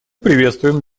приветствуем